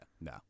no